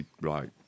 Right